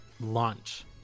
launch